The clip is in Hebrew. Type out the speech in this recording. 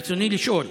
ברצוני לשאול: